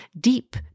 deep